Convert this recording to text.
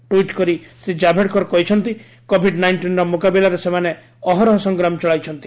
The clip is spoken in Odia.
ଟ୍ୱିଟ୍ କରି ଶ୍ରୀ ଜାବ୍ଡେକର କହିଛନ୍ତି କୋଭିଡ୍ ନାଇଷ୍ଟିନ୍ର ମୁକାବିଲାରେ ସେମାନେ ଅହରହ ସଂଗ୍ରାମ ଚଳାଇଛନ୍ତି